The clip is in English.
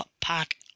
pack